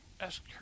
Ask